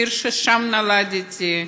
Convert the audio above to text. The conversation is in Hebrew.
מהעיר ששם נולדתי,